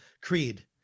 creed